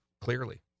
Clearly